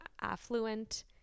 affluent